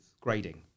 grading